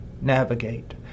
navigate